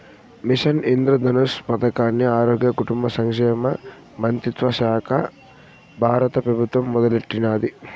machine Indradhanush పదకాన్ని ఆరోగ్య, కుటుంబ సంక్షేమ మంత్రిత్వశాక బారత పెబుత్వం మొదలెట్టినాది